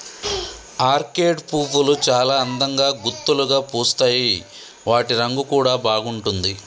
orchid పువ్వులు చాల అందంగా గుత్తులుగా పూస్తాయి వాటి రంగు కూడా బాగుంటుంది